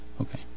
Okay